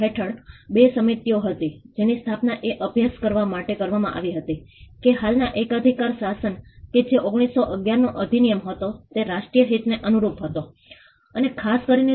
હું તે વિશે વાત કરીશ કે અમે આ સમુદાયોને કેવી રીતે આ નિર્ણય લેવાની પ્રક્રિયામાં સામેલ કર્યા છે